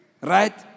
Right